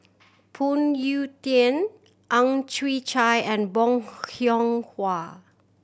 Phoon Yew Tien Ang Chwee Chai and Bong Hiong Hwa